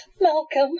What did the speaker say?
Malcolm